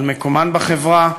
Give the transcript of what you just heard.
על מקומן בחברה,